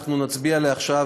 שאנחנו נצביע עליה עכשיו,